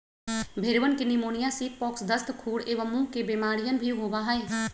भेंड़वन के pneumonia, sheep pox, दस्त, खुर एवं मुँह के बेमारियन भी होबा हई